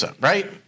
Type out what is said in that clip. right